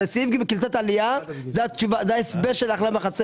קליטת עלייה, סעיף